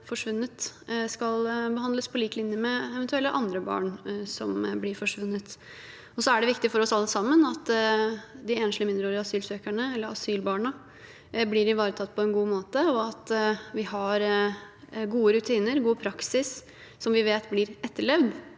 forsvunnet, skal behandles på lik linje med eventuelle andre barn som forsvinner. Og det er viktig for oss alle sammen at de enslige, mindreårige asylbarna blir ivaretatt på en god måte, og at vi har gode rutiner og god praksis som vi vet blir etterlevd,